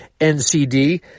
NCD